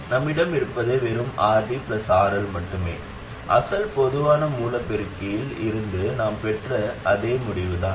நம்மிடம் இருப்பது வெறும் RD RL மட்டுமே அசல் பொதுவான மூல பெருக்கியில் இருந்து நாம் பெற்ற அதே முடிவுதான்